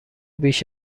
بیش